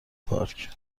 پارک